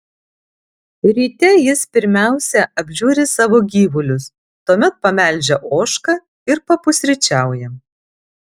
ryte jis pirmiausia apžiūri savo gyvulius tuomet pamelžia ožką ir papusryčiauja